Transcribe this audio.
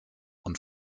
und